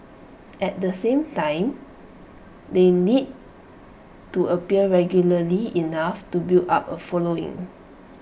at the same time they need to appear regularly enough to build up A following